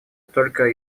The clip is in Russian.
только